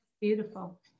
Beautiful